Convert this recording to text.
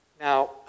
Now